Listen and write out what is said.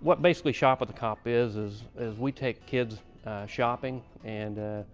what basically shop with a cop is, is is we take kids shopping and